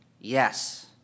Yes